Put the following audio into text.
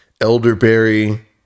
elderberry